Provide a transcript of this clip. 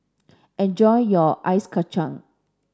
enjoy your Ice Kachang